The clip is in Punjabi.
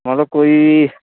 ਮਤਲਬ ਕੋਈ